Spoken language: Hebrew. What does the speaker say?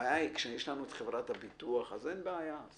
כשיש לנו את חברת הביטוח אז אין בעיה.